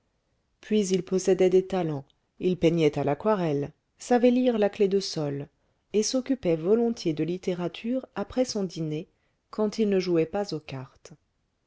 puis il possédait des talents il peignait à l'aquarelle savait lire la clef de sol et s'occupait volontiers de littérature après son dîner quand il ne jouait pas aux cartes